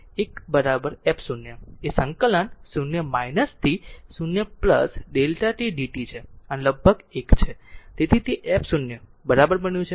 આ એક f0 એ n સંકલન 0 થી 0 Δ t d t છે અને આ ભાગ એક છે તેથી તે f0 બરાબર બન્યું છે